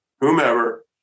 whomever